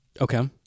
Okay